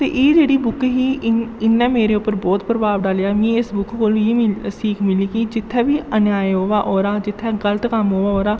ते एह् जेह्ड़ी बुक ही इ'न्न इ'न्नै मेरे उप्पर ब्हौत प्रभाव डालेआ मी इस बुक कोलू इ'यै मी सीख मिली कि जित्थै बी अन्याय होआ दा जित्थै गल्त कम्म होआ दा